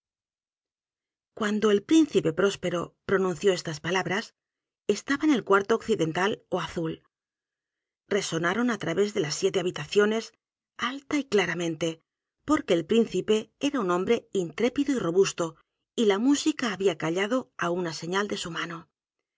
cuando el príncipe próspero pronunció estas palab r a s estaba en el cuarto occidental ó azul resonaron á través de las siete habitaciones alta y olaramente porque el príncipe era un hombre intrépido y robusto y la música había callado á una señal de su mano